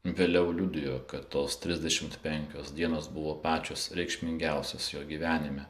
vėliau liudijo kad tos trisdešimt penkios dienos buvo pačios reikšmingiausios jo gyvenime